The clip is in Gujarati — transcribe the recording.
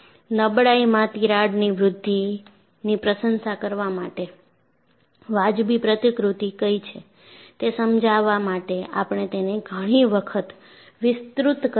નબળાઈમાં તિરાડની વૃદ્ધિની પ્રશંસા કરવા માટે વાજબી પ્રતિકૃતિ કઈ છે તે સમજાવવા માટે આપણે તેને ઘણી વખત વિસ્તૃત કર્યું છે